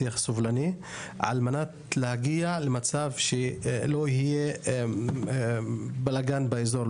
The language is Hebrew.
שיח סובלני על מנת להגיע למצב שלא יהיה בלגאן באזור,